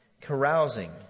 carousing